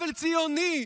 עוול ציוני,